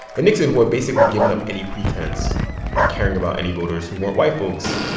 and nixon, who had basically given up any pretense of caring about any voters who weren't white folks,